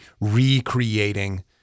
recreating